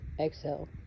exhale